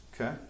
Okay